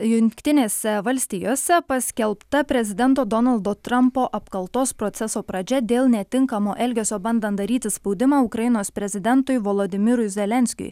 jungtinėse valstijose paskelbta prezidento donaldo trampo apkaltos proceso pradžia dėl netinkamo elgesio bandant daryti spaudimą ukrainos prezidentui volodymyrui zelenskiui